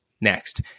next